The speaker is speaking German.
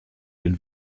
den